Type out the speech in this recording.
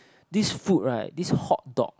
this food right this hot dog